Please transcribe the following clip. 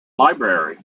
library